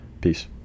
Peace